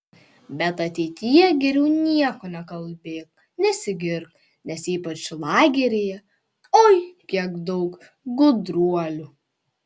bet ateityje geriau nieko nekalbėk nesigirk nes ypač lageryje oi kiek daug gudruolių